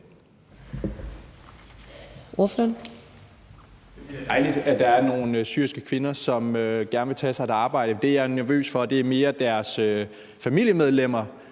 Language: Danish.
Det er dejligt, at der er nogle syriske kvinder, som gerne vil tage sig et arbejde. Det, jeg er nervøs for, er mere deres familiemedlemmer,